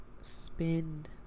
spend